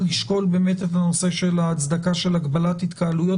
לשקול את הנושא של ההצדקה של הגבלת התקהלויות